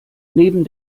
neben